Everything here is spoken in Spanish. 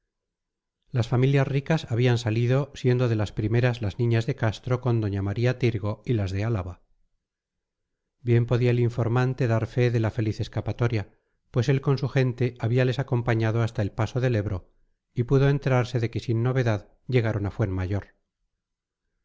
las familias ricas habían salido siendo de las primeras las niñas de castro con doña maría tirgo y las de álava bien podía el informante dar fe de la feliz escapatoria pues él con su gente habíales acompañado hasta el paso del ebro y pudo enterarse de que sin novedad llegaron a